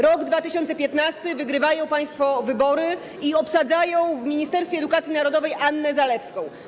Rok 2015 - wygrywają państwo wybory i obsadzają w Ministerstwie Edukacji Narodowej Annę Zalewską.